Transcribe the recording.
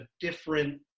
different